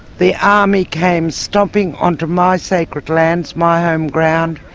the army came stomping on to my sacred lands, my home ground,